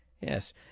Yes